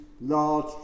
large